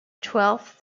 twelfth